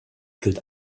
gilt